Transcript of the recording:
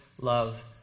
love